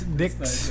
dicks